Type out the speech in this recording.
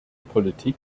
politik